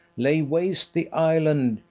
lay waste the island,